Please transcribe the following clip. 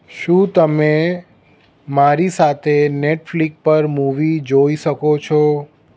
શું તમે મારી સાથે નેટફ્લિક પર મૂવી જોઈ શકો છો